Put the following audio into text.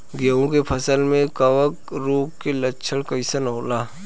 गेहूं के फसल में कवक रोग के लक्षण कइसन होला?